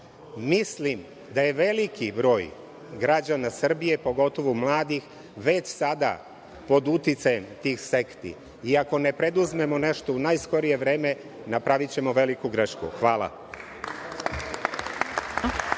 Mislim da je veliki broj građana Srbije, pogotovo mladih već sada pod uticajem tih sekti i ako ne preduzmemo nešto u najskorije vreme napravićemo veliku grešku. Hvala